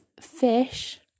fish